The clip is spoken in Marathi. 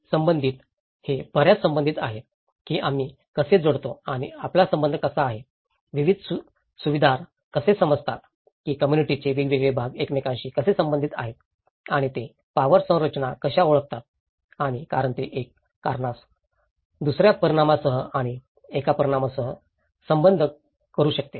संबंधीत हे बर्याचदा संबंधित आहे की आम्ही कसे जोडतो आणि आपला संबंध कसा आहे विविध सुविधादार कसे समजतात की कम्म्युनिटीाचे वेगवेगळे भाग एकमेकांशी कसे संबंधित आहेत आणि ते पावर संरचना कशा ओळखतात आणि कारण ते एका कारणास दुसर्या परिणामासह आणि एका परिणामासह संबद्ध करू शकते